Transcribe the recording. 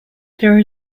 there